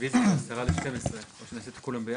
הרוויזיה ב-11:50, תכנס את כולם ביחד.